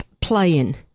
playing